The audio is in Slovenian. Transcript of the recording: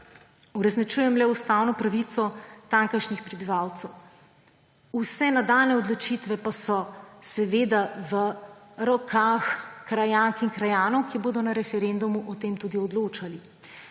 uresničujem le ustavno pravico tamkajšnjih prebivalcev. Vse nadaljnje odločitve pa so seveda v rokah krajank in krajanov, ki bodo na referendumu o tem tudi odločali.